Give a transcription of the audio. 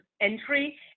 entry